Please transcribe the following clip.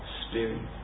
spirit